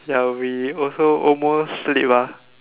ya we also almost sleep ah